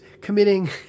committing